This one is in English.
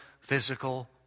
physical